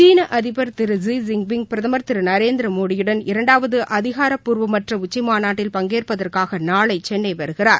சீன அதிபர் திரு ஸி ஜின்பிங் பிரதமர் திரு நரேந்திர மோடியுடன் இரண்டாவது அதிகாரப்பூர்மற்ற உச்சிமாநாட்டில் பங்கேற்பதற்காக நாளை சென்னை வருகிறார்